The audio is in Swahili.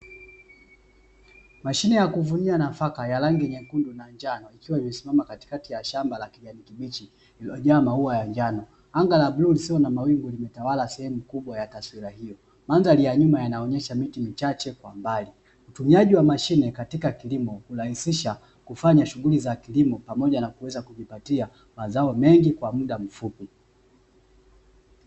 Mashine ya kuvunia nafaka ya rangi nyekundu na njano ikiwa imesimama katikati ya shamba la kijani kibichi iliyojaa maua ya njano, anga la bluu lisilo na mawingi limetawala sehemu kubwa ya taswira hiyo. Mandhari ya nyuma yanaonyesha miti michache kwa mbali, utumiaji wa mashine katika kilimo hurahisisha kufanya shughuli za kilimo pamoja na kuweza kujipatia mazao mengi kwa muda mfupi.